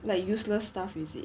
like useless stuff is it